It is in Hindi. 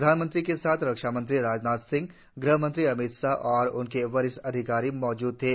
प्रधानमंत्री के साथ रक्षा मंत्री राजनाथ सिंह ग़हमंत्री अमित शाह और अनेक वरिष्ठ अधिकारी मौजूद थे